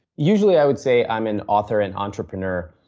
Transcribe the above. usually, i would say i am an author and entrepreneur.